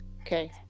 okay